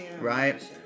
right